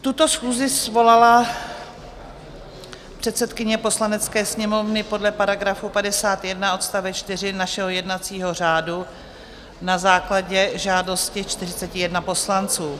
Tuto schůzi svolala předsedkyně Poslanecké sněmovny podle § 51 odst. 4 našeho jednacího řádu na základě žádosti 41 poslanců.